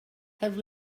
have